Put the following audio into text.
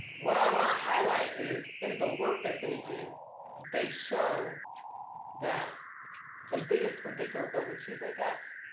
what i wanna highlight is in the work that they do they show that the biggest predictor of those achievement gaps